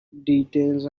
details